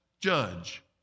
judge